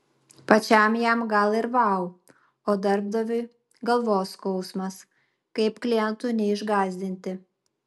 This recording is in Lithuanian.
pačiam jam gal ir vau o darbdaviui galvos skausmas kaip klientų neišgąsdinti